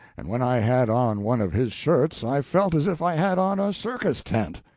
and when i had on one of his shirts i felt as if i had on a circus-tent.